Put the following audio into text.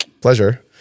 pleasure